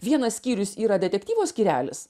vienas skyrius yra detektyvo skyrelis